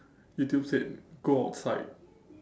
YouTube said go outside